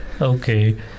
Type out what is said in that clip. okay